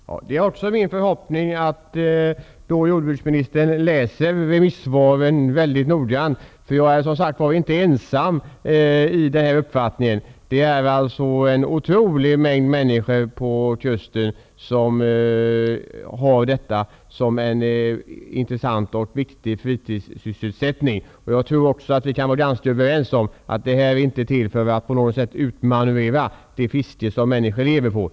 Herr talman! Då är det också min förhoppning att jordbruksministern läser remissvaren mycket noggrant. Jag är inte ensam om denna uppfattning. Det finns en otrolig mängd människor vid kusten som har detta som en intressant och viktig fritidssysselsättning. Vi kan nog vara överens om att detta inte är till för att utmanövrera det fiske som människor lever på.